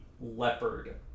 leopard